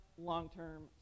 long-term